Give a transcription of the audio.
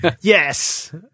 Yes